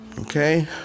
Okay